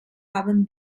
haben